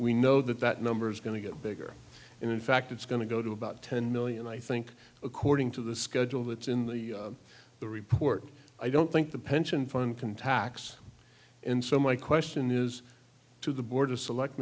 we know that that number is going to get bigger and in fact it's going to go to about ten million i think according to the schedule that's in the the report i don't think the pension fund can tax and so my question is to the board of select